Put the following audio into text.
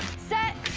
set.